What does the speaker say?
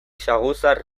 saguzar